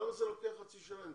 למה זה לוקח חצי שנה?